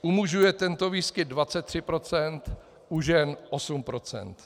U mužů je tento výskyt 23 %, u žen 8 %.